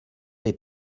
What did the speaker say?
les